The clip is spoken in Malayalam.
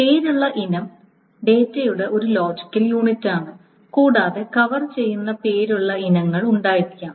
പേരുള്ള ഇനം ഡാറ്റയുടെ ഒരു ലോജിക്കൽ യൂണിറ്റാണ് കൂടാതെ കവർ ചെയ്യുന്ന പേരുള്ള ഇനങ്ങൾ ഉണ്ടായിരിക്കാം